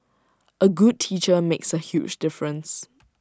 A good teacher makes A huge difference